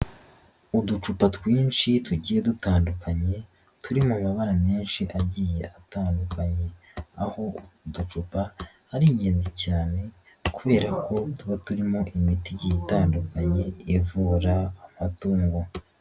Uducupa twinshi tugiye dutandukanye turi mu mabara menshi agiye atandukanye, aho uducupa ari ingenzi cyane kubera ko tuba turimo imiti igiye itandukanye ivura amatungo.